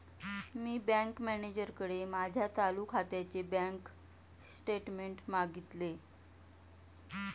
मी bank मॅनेजरकडे माझ्या चालू खात्याचे बँक स्टेटमेंट्स मागितले